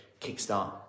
Kickstart